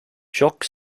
jock